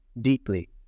deeply